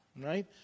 Right